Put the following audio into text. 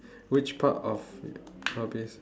which part of hobby